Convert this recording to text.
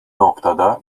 noktada